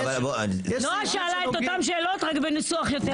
נעה שאלה את אותן שאלות רק בניסוח יותר אקדמאי.